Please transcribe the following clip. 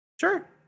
sure